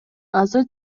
азыр